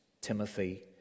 Timothy